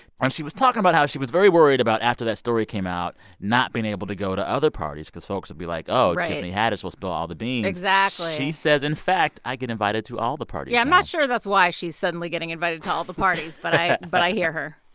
she was talking about how she was very worried about, after that story came out, not being able to go to other parties because folks would be like, oh. right. tiffany haddish will spill all the beans exactly she says, in fact, i get invited to all the parties now yeah. i'm not sure that's why she's suddenly getting invited to all the parties. but i but i hear her